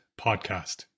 Podcast